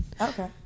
Okay